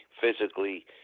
physically